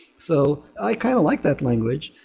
so i kind of like that language.